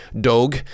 Dog